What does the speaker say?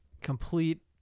Complete